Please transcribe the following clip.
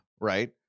right